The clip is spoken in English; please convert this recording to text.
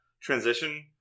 transition